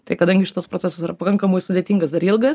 tai kadangi šitas procesas dar pakankamai sudėtingas dar ilgas